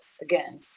again